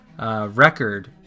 record